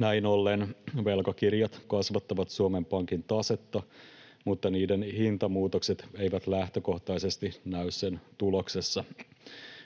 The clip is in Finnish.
Näin ollen velkakirjat kasvattavat Suomen Pankin tasetta, mutta niiden hintamuutokset eivät lähtökohtaisesti näy sen tuloksessa.